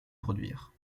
produire